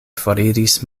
foriris